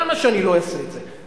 למה שאני לא אעשה את זה,